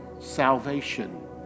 salvation